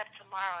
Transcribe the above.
tomorrow